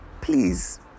please